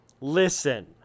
Listen